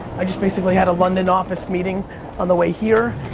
i just basically had a london office meeting on the way here.